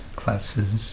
classes